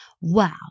Wow